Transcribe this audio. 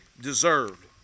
deserved